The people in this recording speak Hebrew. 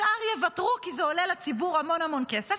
השאר יוותרו כי זה עולה לציבור המון המון כסף.